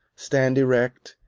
stand erect,